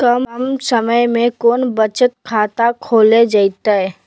कम समय में कौन बचत खाता खोले जयते?